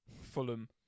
Fulham